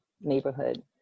neighborhood